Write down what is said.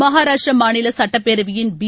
மகராஷ்டிரா மாநில சுட்டப்பேரவையின் பி